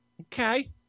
okay